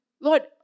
Lord